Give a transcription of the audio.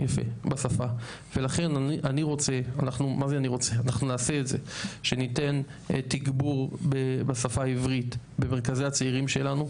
ולכן אנחנו נעשה את זה שניתן תגבור בשפה העברית במרכזי הצעירים שלנו,